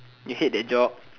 you hate that job